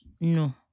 No